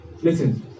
Listen